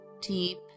deep